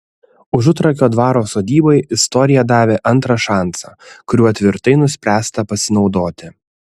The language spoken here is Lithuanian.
užutrakio dvaro sodybai istorija davė antrą šansą kuriuo tvirtai nuspręsta pasinaudoti